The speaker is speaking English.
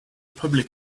public